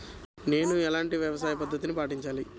నేను ఎలాంటి వ్యవసాయ పద్ధతిని పాటించాలి?